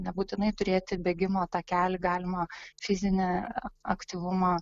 nebūtinai turėti bėgimo takelį galima fizinį aktyvumą